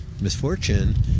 misfortune